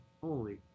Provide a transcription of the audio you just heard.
Holy